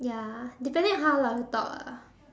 ya depending on how lah you talk ah